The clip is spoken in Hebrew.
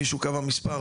מישהו קבע מספר,